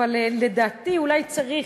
אבל לדעתי אולי צריך,